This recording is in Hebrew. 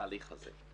בתהליך הזה.